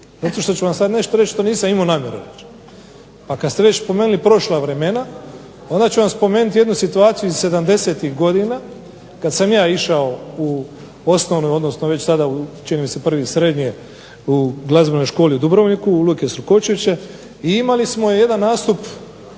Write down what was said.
zato što ću vam sada nešto reći što nisam imao namjeru. A kad ste već spomenuli prošla vremena, onda ću vam spomenuti jednu situaciju iz 70-ih godina kad sam ja išao u osnovnu, odnosno već sada u čini mi se prvi srednje u glazbenoj školi u Dubrovniku, u …/Govornik se ne razumije./… i imali smo jedan nastup